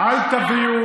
מה אתה מאיים?